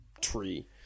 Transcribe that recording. tree